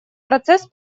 процесс